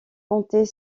compter